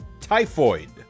typhoid